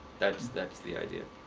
that's that's the idea.